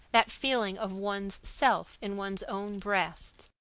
that feeling of one's self in one's own breast.